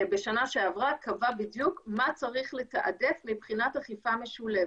בשנה שעברה הוא קבע בדיוק מה צריך לתעדף מבחינת אכיפה משולבת.